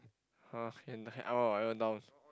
!huh! can die down